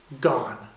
gone